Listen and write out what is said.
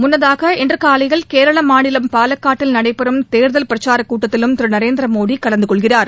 முன்னதாக இன்று காலையில் கேரள மாநிலம் பாலகாட்டில் நடைபெறும் தேர்தல் பிரச்சார கூட்டத்திலும் திரு நரேந்திர மோடி கலந்துகொள்கிறார்